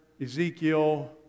Ezekiel